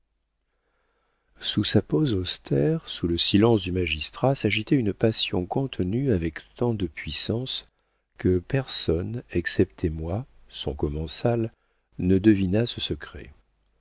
sous sa pose austère sous le silence du magistrat s'agitait une passion contenue avec tant de puissance que personne excepté moi son commensal ne devina ce secret